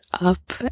up